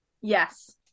Yes